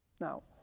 Now